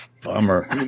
Bummer